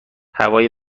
هوای